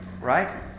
Right